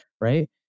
right